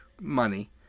money